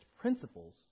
principles